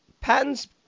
Patents